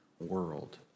world